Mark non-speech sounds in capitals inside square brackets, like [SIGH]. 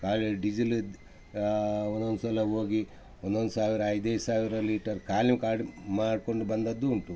ಖಾಲಿ ಡೀಸಲಿದ್ದು ಒಂದೊಂದು ಸಲ ಹೋಗಿ ಒಂದೊಂದು ಸಾವಿರ ಐದೈದು ಸಾವಿರ ಲೀಟರ್ [UNINTELLIGIBLE] ಮಾಡ್ಕೊಂಡು ಬಂದಿದ್ದೂ ಉಂಟು